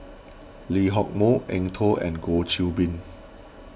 Lee Hock Moh Eng Tow and Goh Qiu Bin